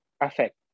affect